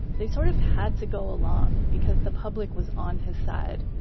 they sort of had to go along because the public was on his side.